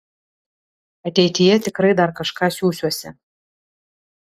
ateityje tikrai dar kažką siųsiuosi